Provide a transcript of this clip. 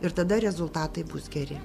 ir tada rezultatai bus geri